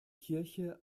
kirche